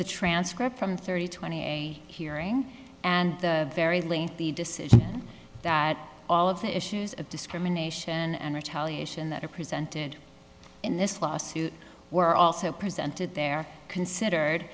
the transcript from thirty twenty hearing and the very lengthy decision that all of the issues of discrimination and retaliation that are presented in this lawsuit were also presented their considered